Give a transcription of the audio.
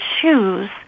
choose